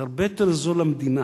זה הרבה יותר זול למדינה,